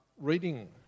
reading